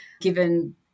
given